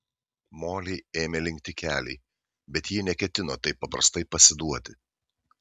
molei ėmė linkti keliai bet ji neketino taip paprastai pasiduoti